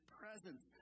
presence